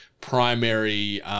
primary